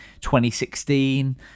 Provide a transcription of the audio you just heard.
2016